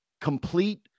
complete